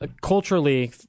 culturally